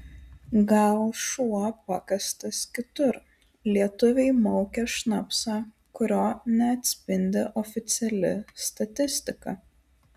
gal šuo pakastas kitur lietuviai maukia šnapsą kurio neatspindi oficiali statistika